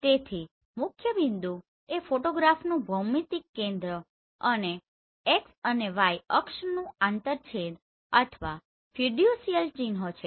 તેથી મુખ્યબિંદુ એ ફોટોગ્રાફનું ભૌમિતિક કેન્દ્ર અને x અને Y અક્ષનુ આંતરછેદ અથવા ફિડ્યુસીયલ ચિન્હો છે